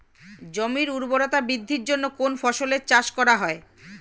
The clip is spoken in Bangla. জমির উর্বরতা বৃদ্ধির জন্য কোন ফসলের চাষ করা হয়?